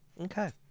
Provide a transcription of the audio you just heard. okay